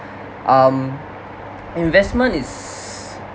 um investment is